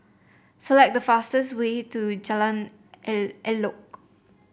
select the fastest way to Jalan Elok